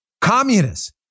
Communists